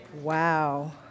Wow